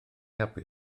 helpu